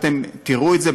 אתם תראו את זה,